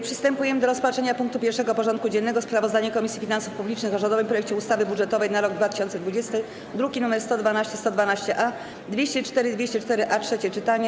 Przystępujemy do rozpatrzenia punktu 1. porządku dziennego: Sprawozdanie Komisji Finansów Publicznych o rządowym projekcie ustawy budżetowej na rok 2020 (druki nr 112, 112-A, 204 i 204-A) - trzecie czytanie.